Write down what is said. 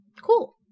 Cool